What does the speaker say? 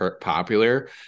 popular